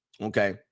Okay